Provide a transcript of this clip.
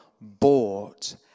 bought